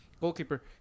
goalkeeper